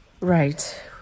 Right